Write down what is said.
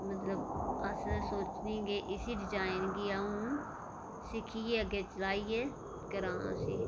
मतलब अस सोचने के इसी डिजाइन गी आंऊ सिक्खियै अग्गै सिलाइयै फिर् करां उसी